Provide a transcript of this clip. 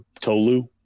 Tolu